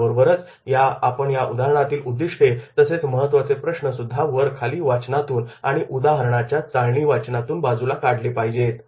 यासोबतच आपण या उदाहरणामधील उद्दिष्टे तसेच महत्त्वाचे प्रश्न सुद्धा वर खाली वाचनातून आणि उदाहरणाच्या चाळणी वाचनातून बाजूला काढले पाहिजे